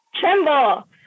Tremble